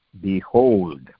Behold